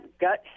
gut